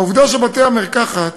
העובדה שבתי-המרקחת